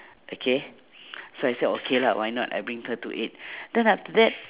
okay so I said okay lah why not I bring her to eat then after that